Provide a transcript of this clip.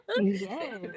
Yes